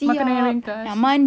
makanan yang ringkas